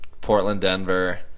Portland-Denver